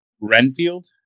renfield